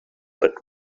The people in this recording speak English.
but